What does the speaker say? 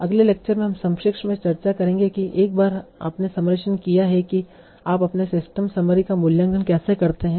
अगले लेक्चर में हम संक्षेप में चर्चा करेंगे कि एक बार आपने समराइजेशन किया है कि आप अपने सिस्टम समरी का मूल्यांकन कैसे करते हैं